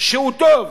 הוא טוב,